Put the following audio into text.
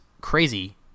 crazy